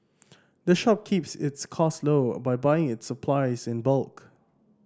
the shop keeps its cost low by buying its supplies in bulk